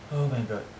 oh my god